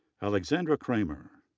alexandra kroemer,